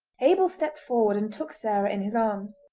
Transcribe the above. abel stepped forward and took sarah in his arms.